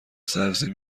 سبزی